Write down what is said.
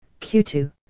q2